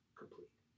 complete